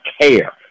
care